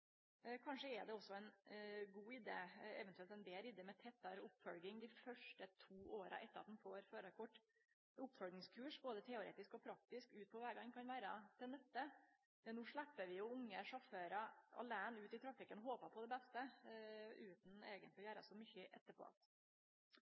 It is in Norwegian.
Kanskje er det også ein god idé – eventuelt ein betre idé – med tettare oppfølging dei første to åra etter at ein får førarkort. Oppfølgingskurs, både teoretiske og praktiske ute på vegane, kan vere til nytte. No slepper vi jo unge sjåførar aleine ut i trafikken og håpar på det beste, utan eigentleg å